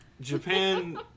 Japan